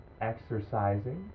exercising